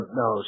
no